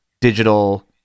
digital